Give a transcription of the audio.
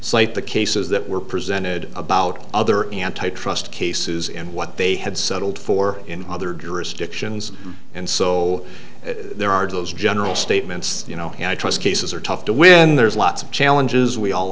slate the cases that were presented about other antitrust cases and what they had settled for in other jurisdictions and so there are those general statements you know i trust cases are tough to win there's lots of challenges we all